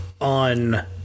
on